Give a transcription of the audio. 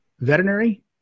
veterinary